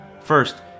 First